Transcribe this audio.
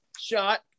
shot